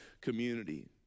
community